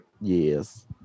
Yes